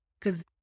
Cause